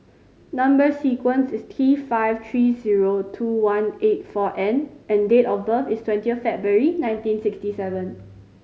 number sequence is T five three zero two one eight four N and date of birth is twenty February nineteen sixty seven